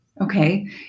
Okay